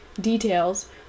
details